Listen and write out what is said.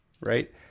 right